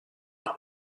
par